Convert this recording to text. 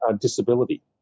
disability